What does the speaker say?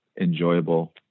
enjoyable